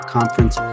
Conference